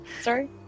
Sorry